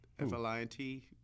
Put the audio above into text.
F-L-I-N-T